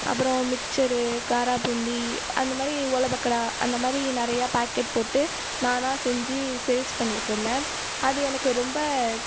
அப்புறம் மிக்சரு காராபூந்தி அந்த மாதிரி ஓலை பக்கோடா அந்த மாதிரி நிறைய பாக்கெட் போட்டு நானாக செஞ்சு சேல்ஸ் பண்ணிகிட்டுருந்தேன் அது எனக்கு ரொம்ப